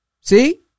See